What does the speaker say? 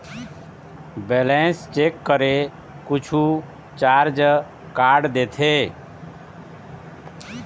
Balance check करें कुछू charge काट देथे?